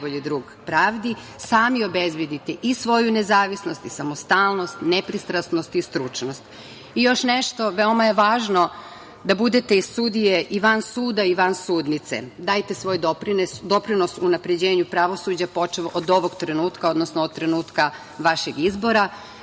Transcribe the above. je najbolji drug pravdi, sami obezbediti i svoju nezavisnost, samostalnost, nepristrasnost i stručnost. Još nešto, veoma je važno da budete sudije i van suda i van sudnice. Dajte svoj doprinos unapređenju pravosuđa, počev od ovog trenutka, odnosno od trenutka vašeg izbora.